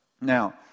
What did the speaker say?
Now